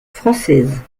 française